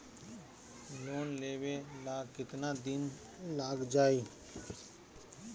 Loan लेबे ला कितना दिन लाग जाई?